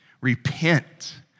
Repent